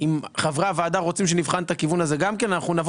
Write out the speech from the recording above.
אם חברי הוועדה רוצים שנבחן את הכיוון הזה, נבוא.